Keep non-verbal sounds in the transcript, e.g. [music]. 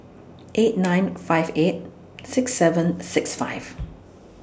eight nine five eight six seven six five [noise]